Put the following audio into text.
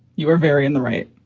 you were very in the right.